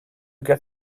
get